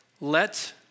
let